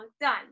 done